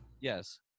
Yes